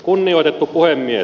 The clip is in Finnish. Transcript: kunnioitettu puhemies